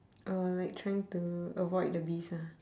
orh like trying to avoid the bees ah